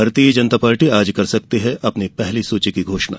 भारतीय जनता पार्टी आज कर सकती है अपनी पहली सूची की घोषणा